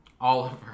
Oliver